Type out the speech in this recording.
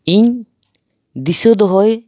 ᱤᱧ ᱫᱤᱥᱟᱹ ᱫᱚᱦᱚᱭ